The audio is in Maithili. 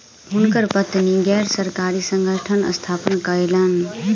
हुनकर पत्नी गैर सरकारी संगठनक स्थापना कयलैन